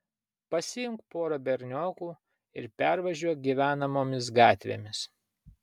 pasiimk porą berniokų ir pervažiuok gyvenamomis gatvėmis